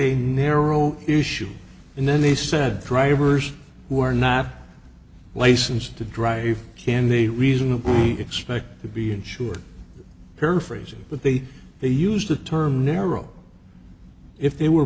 a narrow issue and then they said drivers who are not licensed to drive can they reasonably expect to be insured paraphrasing but they they used the term narrow if they were